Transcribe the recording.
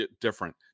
different